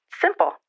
Simple